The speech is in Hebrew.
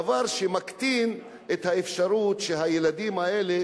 דבר שמקטין את האפשרות שהילדים האלה